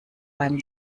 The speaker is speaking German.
beim